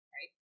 Right